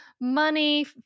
money